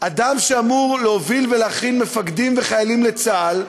אדם שאמור להוביל ולהכין מפקדים וחיילים לצה"ל,